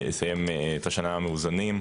לסיים את השנה מאוזנים,